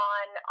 on